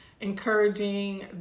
encouraging